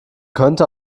könnte